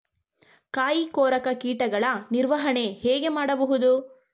ಕಾಯಿ ಕೊರಕ ಕೀಟಗಳ ನಿರ್ವಹಣೆ ಹೇಗೆ ಮಾಡಬಹುದು?